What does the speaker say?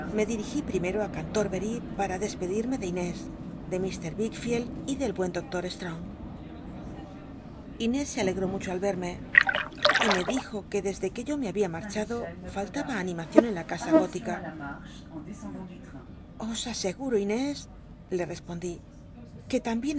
iie dil'igi primero á canlorbery para despedirme de inés de i'lr wickflcld y del buen docto slrong me y me dijo que inés se alegró mucho al verme y me dijo que desde que yo me había marchado faltaba animacion en la casa gótica os aseguro inés le respondí que